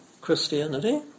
Christianity